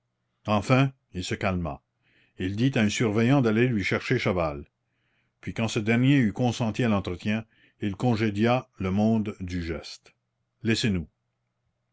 enfin il se calma il dit à un surveillant d'aller lui chercher chaval puis quand ce dernier eut consenti à l'entretien il congédia le monde du geste laissez-nous